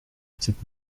cette